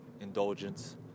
indulgence